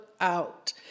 out